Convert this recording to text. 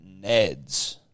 Neds